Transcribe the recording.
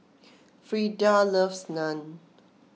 Frida loves Naan